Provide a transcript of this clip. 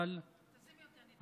זכר צדיק לברכה,